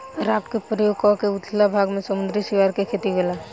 raft के प्रयोग क के उथला भाग में समुंद्री सिवार के खेती होला